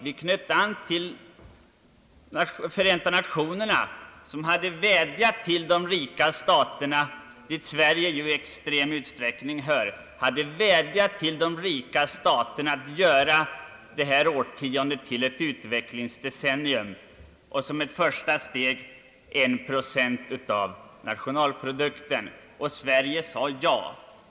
Vi knöt an till Förenta nationerna, som hade vädjat till de rika staterna, dit Sverige ju i nästan extrem utsträckning hör, att göra detta årtionde till ett utvecklingsdecennium. Som ett första mål skulle gälla ett bistånd utgörande 1 procent av nationalprodukten. Sverige sade ja.